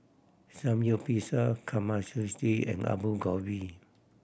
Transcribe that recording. Samgyeopsal Kamameshi and Alu Gobi